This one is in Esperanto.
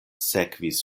sekvis